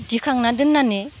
दिखांना दोननानै